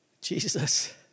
Jesus